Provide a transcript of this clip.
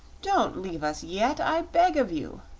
don't leave us yet, i beg of you,